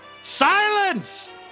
Silence